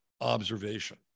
observation